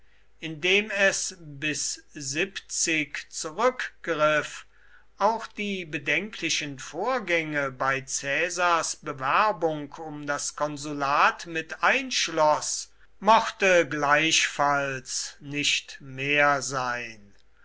indem es bis zurückgriff auch die bedenklichen vorgänge bei caesars bewerbung um das konsulat miteinschloß mochte gleichfalls nicht mehr sein